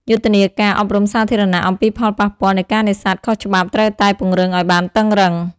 យុទ្ធនាការ អប់រំសាធារណៈ អំពីផលប៉ះពាល់នៃការនេសាទខុសច្បាប់ត្រូវតែពង្រឹងឱ្យបានតឹងរុឹង។